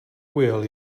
ujel